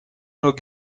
nur